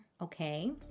okay